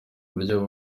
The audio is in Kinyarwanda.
buryo